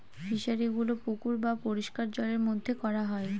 ফিশারিগুলো পুকুর বা পরিষ্কার জলের মধ্যে করা হয়